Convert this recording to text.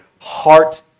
heart